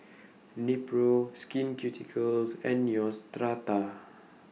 Nepro Skin Ceuticals and Neostrata